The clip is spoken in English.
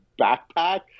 backpack